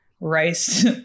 rice